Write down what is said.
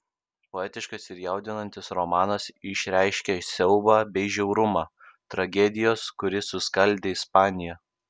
poetiškas ir jaudinantis romanas išreiškia siaubą bei žiaurumą tragedijos kuri suskaldė ispaniją